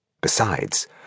Besides